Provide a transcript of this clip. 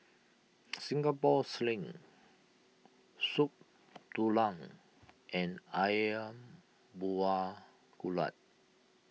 Singapore Sling Soup Tulang and Ayam Buah Keluak